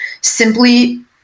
simply